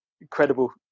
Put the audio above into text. incredible